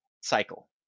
cycle